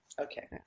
Okay